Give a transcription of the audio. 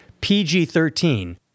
PG-13